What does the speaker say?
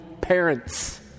parents